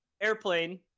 airplane